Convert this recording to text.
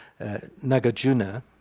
Nagarjuna